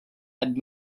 had